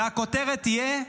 והכותרת תהיה: